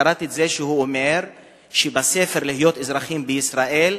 קראתי שהוא אומר שבספר "להיות אזרחים בישראל"